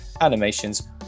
animations